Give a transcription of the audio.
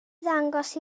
dangos